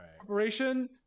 Operation